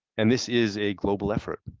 and this is a global effort.